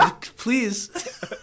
please